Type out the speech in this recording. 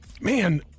Man